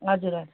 हजुर